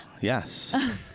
Yes